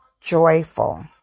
joyful